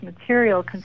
material